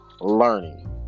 learning